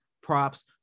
props